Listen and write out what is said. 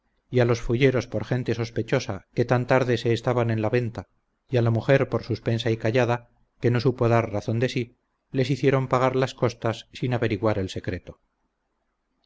a los fulleros por gente sospechosa que tan tarde se estaban en la venta y a la mujer por suspensa y callada que no supo dar razón de sí les hicieron pagar las costas sin averiguar el secreto